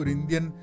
Indian